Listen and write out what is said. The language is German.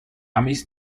amis